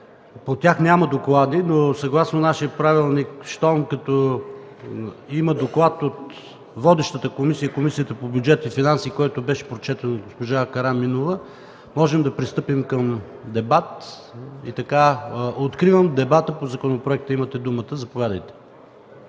От тях няма доклади, но съгласно нашия правилник, щом като има доклад от водещата комисия – Комисията по бюджет и финанси, който беше прочетен от госпожа Караминова, можем да пристъпим към дебат. Откривам дебата по законопроекта. Имате думата, заповядайте.